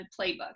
playbook